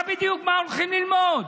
מה בדיוק, מה הולכים ללמוד?